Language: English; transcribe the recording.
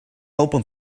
open